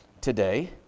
today